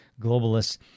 globalists